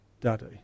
Daddy